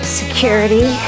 security